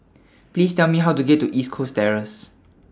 Please Tell Me How to get to East Coast Terrace